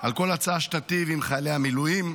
על כל הצעה שתיטיב עם חיילי המילואים.